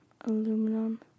aluminum